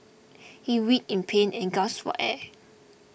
he writhed in pain and gasped for air